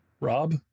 rob